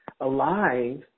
alive